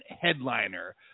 headliner